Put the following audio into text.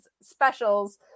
specials